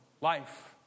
life